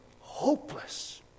hopeless